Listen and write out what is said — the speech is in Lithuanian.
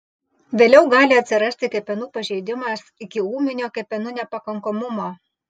vėliau gali atsirasti kepenų pažeidimas iki ūminio kepenų nepakankamumo